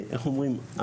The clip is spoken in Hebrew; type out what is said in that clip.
איך אומרים?